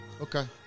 Okay